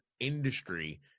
industry